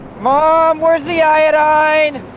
mom! where's the iodine?